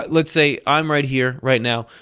let's say i'm right here, right now,